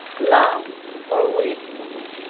love, or wisdom,